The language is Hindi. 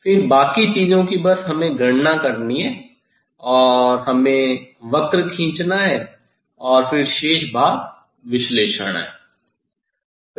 फिर बाकी चीज़ों की बस हमें गणना करनी है और हमें वक्र खींचना है और फिर शेष भाग विश्लेषण है